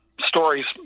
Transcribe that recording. stories